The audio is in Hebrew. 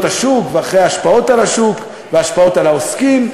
השוק ואחרי ההשפעות על השוק וההשפעות על העוסקים,